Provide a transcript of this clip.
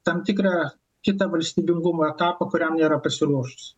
tam tikrą kitą valstybingumo etapą kuriam nėra pasiruošus